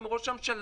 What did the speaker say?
עם ראש הממשלה,